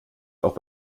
auch